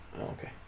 okay